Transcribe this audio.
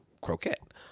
croquette